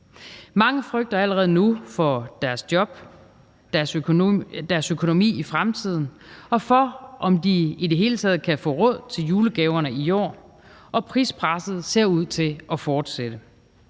Mange frygter allerede nu for deres job og deres økonomi i fremtiden og for, om de i det hele taget kan få råd til julegaverne i år; og prispresset ser ud til at fortsætte.